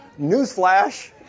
Newsflash